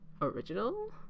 original